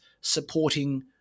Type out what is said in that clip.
supporting